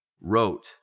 wrote